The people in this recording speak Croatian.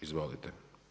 Izvolite.